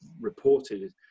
reported